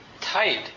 tight